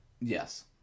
Yes